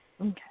Okay